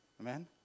amen